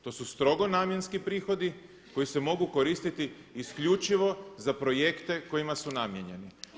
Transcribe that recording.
To su strogo namjenski prihodi koji se mogu koristiti isključivo za projekte kojima su namijenjeni.